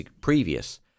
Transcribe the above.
previous